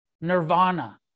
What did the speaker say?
nirvana